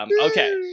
okay